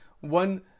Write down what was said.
one